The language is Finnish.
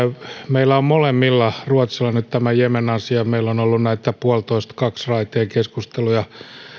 meillä on molemmilla meillä ja ruotsilla nyt tämä jemen asia meillä on ollut näitä raiteiden yksi piste viisi ja kaksi keskusteluja